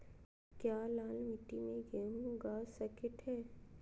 क्या लाल मिट्टी में गेंहु उगा स्केट है?